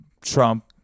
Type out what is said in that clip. Trump